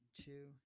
Two